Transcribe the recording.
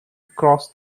across